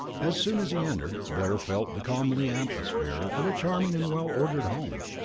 as soon as he entered, blair felt the comely atmosphere of a charming and well-ordered home.